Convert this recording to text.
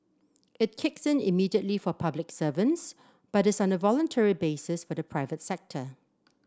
it kicks in immediately for public servants but is on a voluntary basis for the private sector